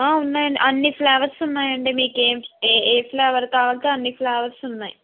ఉన్నాయి అండి అన్ని ఫ్లేవర్స్ ఉన్నాయి అండి మీకు ఏమి ఏ ఫ్లేవర్ కావల్తే అన్ని ఫ్లేవర్స్ ఉన్నాయి